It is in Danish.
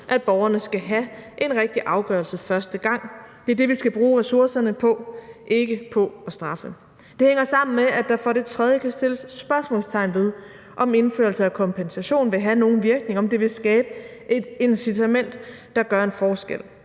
at borgerne skal have en rigtig afgørelse første gang. Det er det, vi skal bruge ressourcerne på, og ikke på at straffe. Det hænger sammen med, at der for det tredje kan sættes spørgsmålstegn ved, om indførelse af kompensation vil have nogen virkning, om det vil skabe et incitament, der gør en forskel.